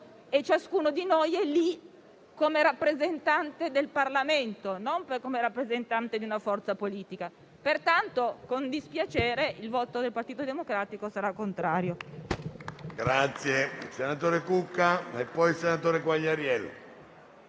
e ciascuno di noi è in tale sede come rappresentante del Parlamento e non come rappresentante di una forza politica. Pertanto, con dispiacere, il voto del Partito Democratico sarà contrario.